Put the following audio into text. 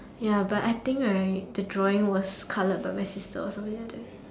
ya but I think right the drawing was coloured by my sister or something like that